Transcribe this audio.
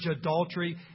adultery